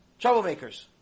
troublemakers